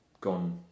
gone